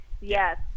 Yes